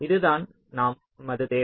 இதுதான் நமது தேவை